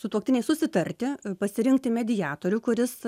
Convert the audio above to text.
sutuoktiniai susitarti pasirinkti mediatorių kuris